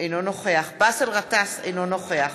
אינו נוכח באסל גטאס, אינו נוכח